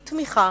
היא תמיכה